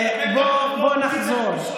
בואו נחזור.